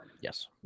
Yes